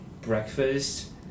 Breakfast